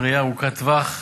בנייה ארוכת טווח,